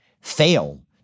fail